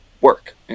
work